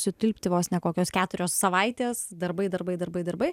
sutilpti vos ne kokios keturios savaitės darbai darbai darbai darbai